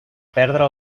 perdre